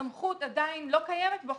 כשהסמכות עדיין לא קיימת בחוק.